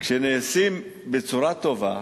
כשנעשים בצורה טובה,